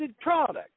product